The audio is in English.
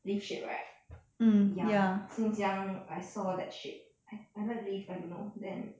leaf shape right ya since young I saw that shape I I like leaf I don't know then